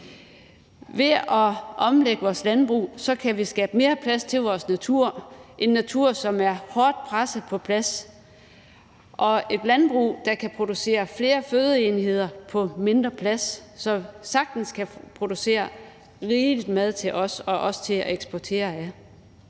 Ved at omlægge vores landbrug kan vi skabe mere plads til vores natur – en natur, som er hårdt presset på plads. Og det vil være et landbrug, som kan producere flere fødeenheder på mindre plads, så vi sagtens kan producere rigelig mad til os og også til at eksportere.